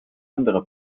andere